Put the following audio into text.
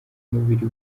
umubiri